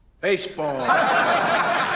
Baseball